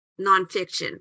nonfiction